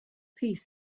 piece